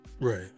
Right